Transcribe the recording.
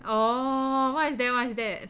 oh what is that what is that